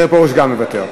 גם מוותר.